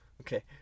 Okay